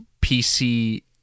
PC